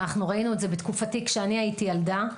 ראינו את זה בתקופתי כשהייתי ילדה.